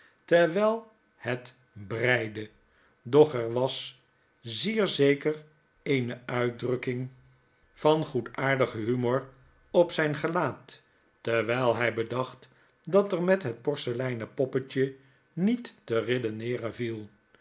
terwyl het breide doch er was zeer zeker eene uitdrukking van het gehefm van edwin drood goedaardigen humor op zijn gelaat terwijl hy bedacht dat er met het porseleinen poppetje niet te redeneeren viej